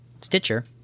Stitcher